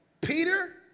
Peter